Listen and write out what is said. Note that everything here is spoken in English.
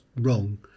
wrong